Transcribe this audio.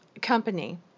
company